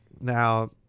Now